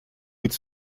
быть